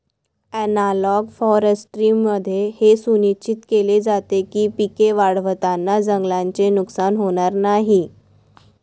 analogue फॉरेस्ट्रीमध्ये हे सुनिश्चित केले जाते की पिके वाढवताना जंगलाचे नुकसान होणार नाही